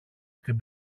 στην